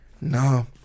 No